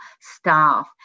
staff